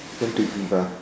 then play